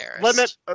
limit